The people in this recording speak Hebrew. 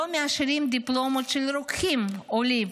לא מאשרים דיפלומות של רוקחים עולים